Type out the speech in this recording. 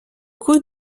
coût